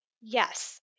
Yes